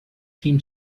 seem